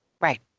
Right